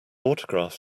autograph